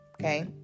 okay